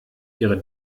ihre